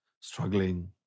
struggling